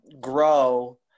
grow